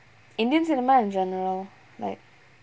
indian cinema in general like